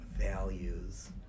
values